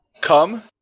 Come